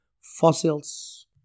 fossils